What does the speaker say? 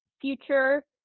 future